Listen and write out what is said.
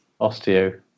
osteo